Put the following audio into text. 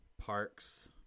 parks